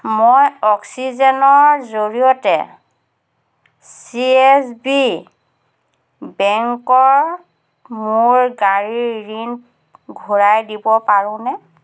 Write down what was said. মই অক্সিজেনৰ জৰিয়তে চি এছ বি বেংকৰ মোৰ গাড়ীৰ ঋণ ঘূৰাই দিব পাৰোঁনে